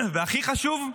והכי חשוב,